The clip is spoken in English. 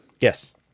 Yes